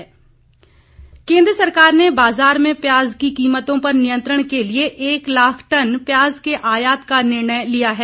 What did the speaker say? प्याज केंद्र सरकार ने बाजार में प्याज की कीमतों पर नियंत्रण के लिए एक लाख टन प्याज के आयात का निर्णय लिया है